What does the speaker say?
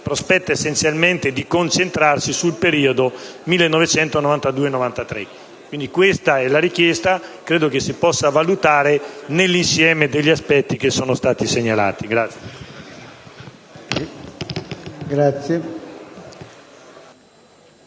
prospetta essenzialmente di concentrarci sul periodo 1992-1993. Questa è la richiesta. Credo che si possa valutare nell'insieme degli aspetti segnalati.